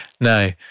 No